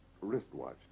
wristwatch